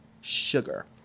sugar